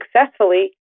successfully